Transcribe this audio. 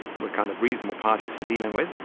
were kind of reasonable parties for dealing with.